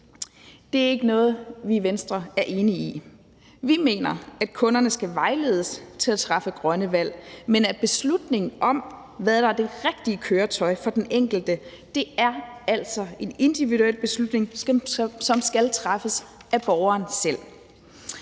Det er ikke noget, vi i Venstre er enige i. Vi mener, at kunderne skal vejledes til at træffe grønne valg, men at beslutningen om, hvad der er det rigtige køretøj for den enkelte, altså er en individuel beslutning, som skal træffes af borgeren selv.